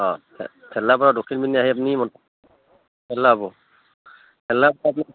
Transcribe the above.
অঁ ভেল্লাৰ পৰা দক্ষিণপিনী আহি আপুনি হ'ব ভেল্লাৰ পৰা আপুনি